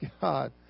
God